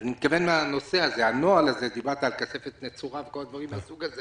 אני מתכוון שהנוהל הזה דיברת על כספת נצורה וכל מיני דברים מהסוג הזה